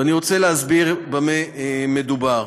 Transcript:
ואני רוצה להסביר במה מדובר.